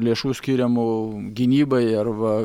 lėšų skiriamų gynybai arba